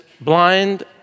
blind